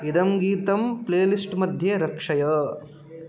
इदं गीतं प्लेलिस्ट् मध्ये रक्षय